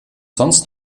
sonst